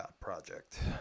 project